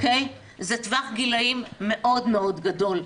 זה טווח גילאים מאוד מאוד גדול,